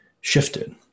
shifted